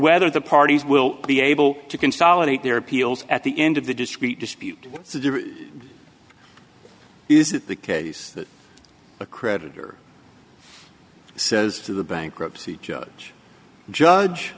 whether the parties will be able to consolidate their appeals at the end of the discrete dispute is it the case that a creditor says to the bankruptcy judge judge